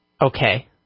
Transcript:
Okay